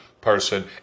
person